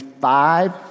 five